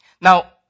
Now